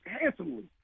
handsomely